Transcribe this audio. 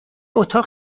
اتاق